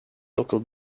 local